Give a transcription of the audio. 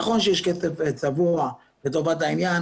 נכון שיש כסף צבוע לטובת העניין,